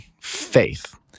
faith